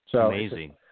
Amazing